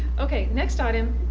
ok. next item,